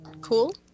Cool